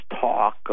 talk